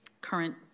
current